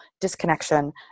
disconnection